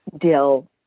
dill